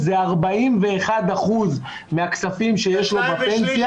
זה 41% מהכספים שיש לו בפנסיה,